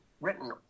written